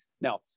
Now